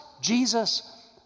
Jesus